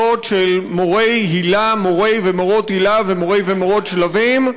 של מורי היל"ה מורי ומורות היל"ה ומורי ומורות שלבים,